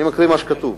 אני מקריא מה שכתוב